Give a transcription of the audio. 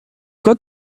got